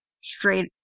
straight